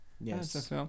Yes